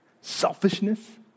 selfishness